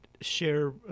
share